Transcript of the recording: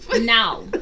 Now